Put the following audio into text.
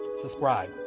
Subscribe